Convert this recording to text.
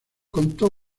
contó